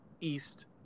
East